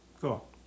Cool